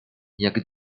jak